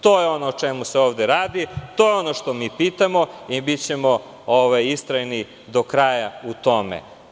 To je ono o čemu se ovde radi, to je ono što mi pitamo i bićemo iskreni do kraja u tome.